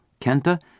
Kenta